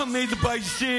אתם לא מבינים,